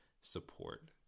support